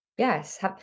Yes